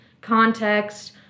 context